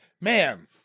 man